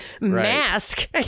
mask